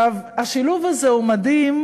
השילוב הזה הוא מדהים,